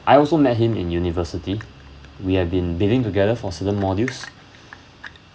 I also met him in university we have been bidding together for certain modules